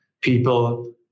people